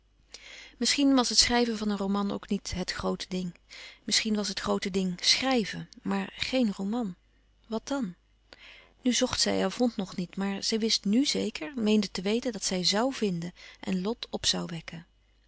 misschien was het schrijven van een roman ook niet het groote ding misschien was het groote ding schrijven maar géen roman wat dan nu zocht zij en vond nog niet maar zij wist n zeker meende te weten dat zij zoû vinden en lot op zoû wekken